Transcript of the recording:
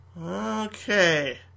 Okay